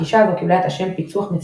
הגישה הזו קיבלה את השם "פיצוח מציאות",